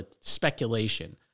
speculation